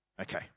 okay